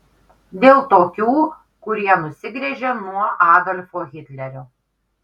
dėl tokių kurie nusigręžė nuo adolfo hitlerio